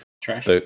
Trash